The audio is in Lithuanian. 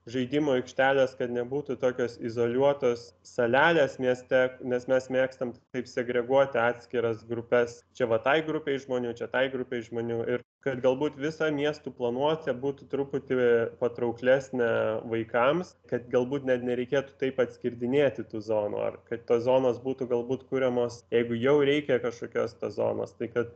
žaidimo aikštelės kad nebūtų tokios izoliuotos salelės mieste nes mes mėgstam taip segreguoti atskiras grupes čia vat tai grupei žmonių čia tai grupei žmonių ir kad galbūt visa miestų planuose būtų truputį patrauklesnė vaikams kad galbūt net nereikėtų taip atskirdinėti tų zonų ar kad tos zonos būtų galbūt kuriamos jeigu jau reikia kažkokios zonos tai kad